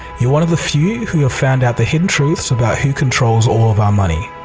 you're one of the few who have found out the hidden truths about who controls all of our money.